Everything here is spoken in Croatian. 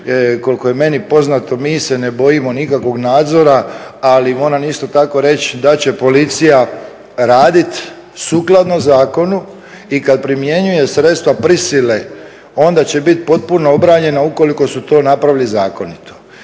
Koliko je meni poznato mi se ne bojimo nikakvog nadzora, ali moram isto tako reći da će policija raditi sukladno zakonu i kad primjenjuje sredstva prisile onda će biti potpuno obranjena ukoliko su to napravili zakonito.